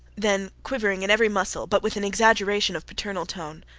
then, quivering in every muscle, but with an exaggeration of paternal tone,